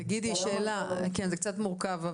תגיד, שאלה, כן זה קצת מורכב.